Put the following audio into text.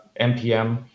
npm